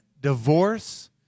divorce